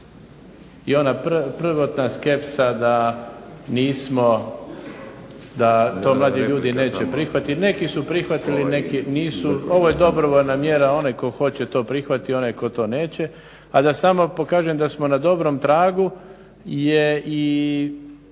i ona prvotna skepsa da nismo, da to mladi ljudi neće prihvatiti, neki su prihvatili, neki nisu, ovo je dobrovoljna mjera, onaj tko hoće to prihvati, onaj tko to neće. A da samo pokažem da smo na dobrom tragu je i